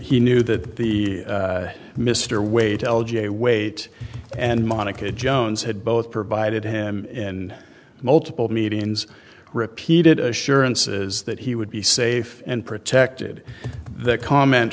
he knew that the mr weight l j weight and monica jones had both provided him in multiple meetings repeated assurances that he would be safe and protected that comment